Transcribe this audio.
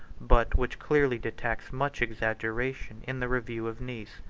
but which clearly detects much exaggeration in the review of nice.